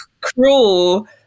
Cruel